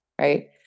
Right